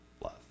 love